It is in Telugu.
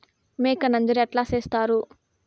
మేక నంజర ఎట్లా సేస్తారు?